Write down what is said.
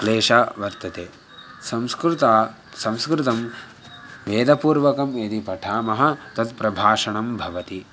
क्लेशः वर्तते संस्कृतं संस्कृतं वेदपूर्वकं यदि पठामः तद् प्रभाषणं भवति